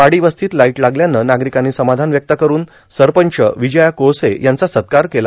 वाडी वस्तीत लाईट लागल्यान नार्गारकांना समाधान व्यक्त करून सरपंच र्विजया कोळसे यांचा सत्कार केला